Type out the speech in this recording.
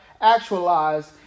actualized